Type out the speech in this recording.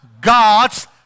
God's